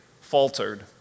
faltered